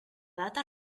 data